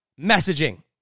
messaging